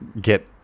get